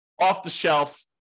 off-the-shelf